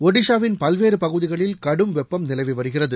ஒடிஷாவின் பல்வேறு பகுதிகளில் கடும் வெப்பம் நிலவி வருகிறது